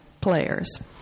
players